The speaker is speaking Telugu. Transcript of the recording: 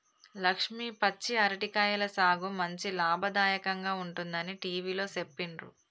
లక్ష్మి పచ్చి అరటి కాయల సాగు మంచి లాభదాయకంగా ఉంటుందని టివిలో సెప్పిండ్రు